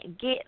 get